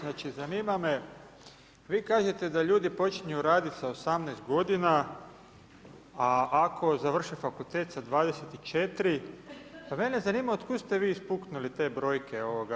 Znači zanima me, vi kažete da ljudi počinju radit sa 18 godina, a ako završe fakultet sa 24 pa mene zanima od kud ste vi ispuknuli te brojke?